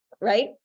Right